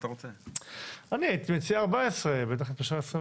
אני הייתי מציע ל-14 ימים.